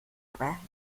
aber